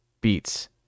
beats